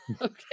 Okay